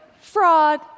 Fraud